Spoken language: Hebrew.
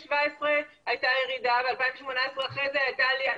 ב-2017 הייתה ירידה, וב-2018 אחרי זה הייתה עלייה.